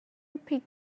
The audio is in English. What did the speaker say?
repeat